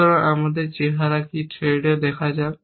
সুতরাং আমাদের চেহারা কি থ্রেড এ দেখা যাক